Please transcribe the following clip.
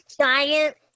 giant